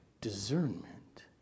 discernment